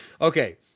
okay